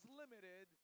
limited